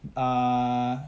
err